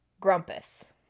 grumpus